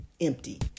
empty